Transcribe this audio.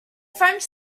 french